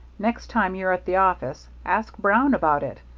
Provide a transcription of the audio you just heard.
next time you're at the office, ask brown about it.